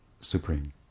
supreme